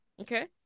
okay